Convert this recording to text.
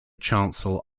chancel